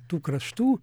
tų kraštų